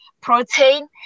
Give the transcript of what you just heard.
protein